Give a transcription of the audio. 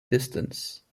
distance